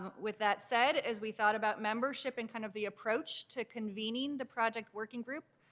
um with that said as we thought about membership in kind of the approach to convening the project working group,